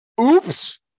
oops